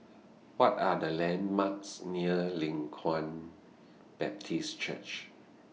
What Are The landmarks near Leng Kwang Baptist Church